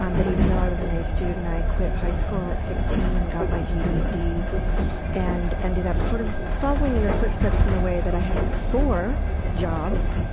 um that even though i was an a student, i quit high school at sixteen and got my ged and ended up sort of following in her footsteps in the way that i had four jobs,